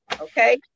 okay